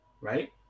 Right